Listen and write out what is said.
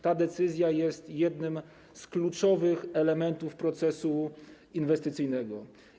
Ta decyzja jest jednym z kluczowych elementów procesu inwestycyjnego.